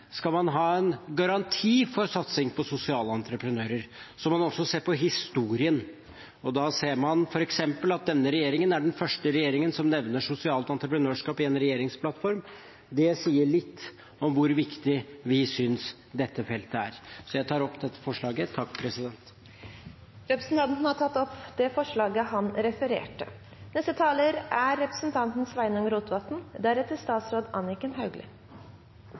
skal man ha en garanti for satsing på sosiale entreprenører, må man også se på historien. Da ser man f.eks. at denne regjeringen er den første regjeringen som nevner sosialt entreprenørskap i en regjeringsplattform. Det sier litt om hvor viktig vi synes dette feltet er. Jeg tar opp forslaget. Representanten Stefan Heggelund har tatt opp det forslaget han refererte til. Venstre er